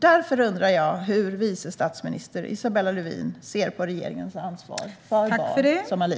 Därför undrar jag hur vice statsminister Isabella Lövin ser på regeringens ansvar för barn som Ali.